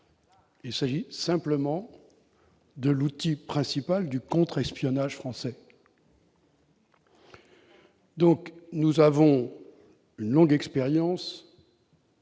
s'agit de l'outil principal du contre-espionnage français. Nous avons une longue expérience,